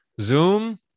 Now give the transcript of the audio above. Zoom